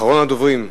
אחרון הדוברים,